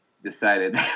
Decided